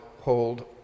hold